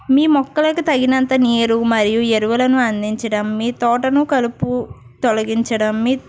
మీ మొక్కలకు తగినంత నీరు మరియు ఎరువులను అందించడం మీ తోటను కలుపు తొలగించడం మీ